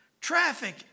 Traffic